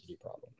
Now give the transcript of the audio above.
problem